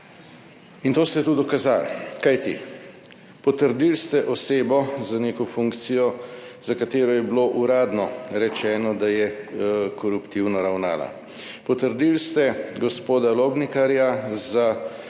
in to ste tudi dokazali, kajti potrdili ste osebo za neko funkcijo, za katero je bilo uradno rečeno, da je koruptivno ravnala. Potrdili ste gospod Lobnikarja za